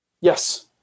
Yes